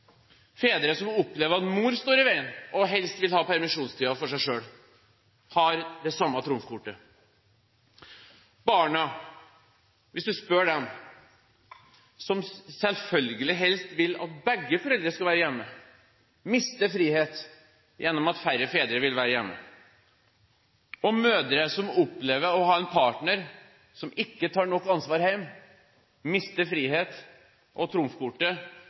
Fedre som opplever at mor står i veien og helst vil ha permisjonstiden for seg selv, har det samme trumfkortet. Barna, hvis du spør dem, som selvfølgelig helst vil at begge foreldre skal være hjemme, mister frihet gjennom at færre fedre vil være hjemme. Og mødre som opplever å ha en partner som ikke tar nok ansvar hjemme, mister frihet og det trumfkortet